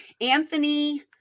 Anthony